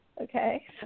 okay